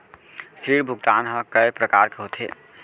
ऋण भुगतान ह कय प्रकार के होथे?